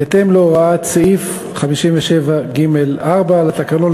בהתאם להוראת סעיף 57(ג)(4) לתקנון,